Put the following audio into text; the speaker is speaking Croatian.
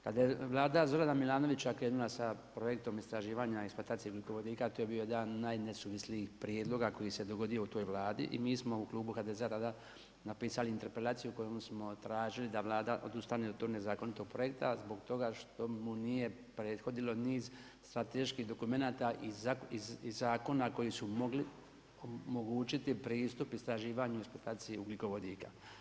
Kada je Vlada Zorana Milanovića krenula sa projektom istraživanja i eksploatacije ugljikovodika, to je bio jedan od najnesuvislijih prijedloga koji se dogodio u toj Vladi i mi smo u klubu HDZ-a tada napisali interpelaciju kojom smo tražili da Vlada odustane od tog nezakonitog projekta zbog toga što mu nije prethodilo niz strateških dokumenata iz zakona koji su mogli omogućiti pristup istraživanju i eksploataciji ugljikovodika.